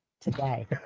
Today